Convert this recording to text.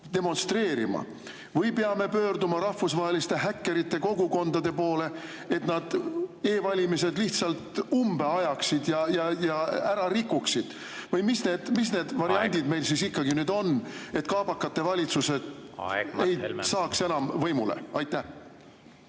demonstreerima või peame pöörduma rahvusvaheliste häkkerite kogukondade poole, et nad e‑valimised lihtsalt umbe ajaksid ja ära rikuksid? Või mis need … Aeg! … variandid meil siis ikkagi nüüd on, et kaabakate valitsused …… variandid meil siis